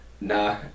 Nah